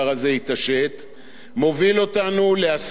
מוביל אותנו לעשור של,